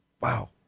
Wow